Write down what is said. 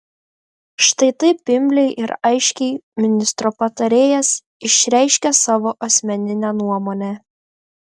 štai taip imliai ir aiškiai ministro patarėjas išreiškia savo asmeninę nuomonę